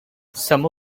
some